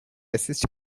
assist